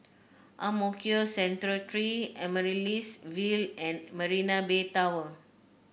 Ang Mo Kio Central Three Amaryllis Ville and Marina Bay Tower